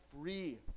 free